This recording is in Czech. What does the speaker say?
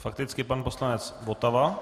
Fakticky pan poslanec Votava.